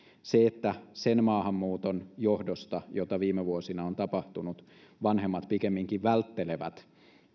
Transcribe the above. sen maahanmuuton johdosta jota viime vuosina on tapahtunut vanhemmat pikemminkin välttelevät